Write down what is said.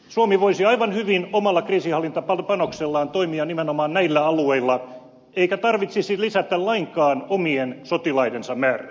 suomi voisi aivan hyvin omalla kriisinhallintapanoksellaan toimia nimenomaan näillä alueilla eikä sen tarvitsisi lisätä lainkaan omien sotilaidensa määrää